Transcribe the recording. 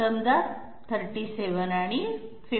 समजा 37 आणि 50